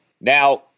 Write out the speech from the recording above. Now